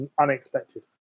unexpected